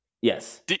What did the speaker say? Yes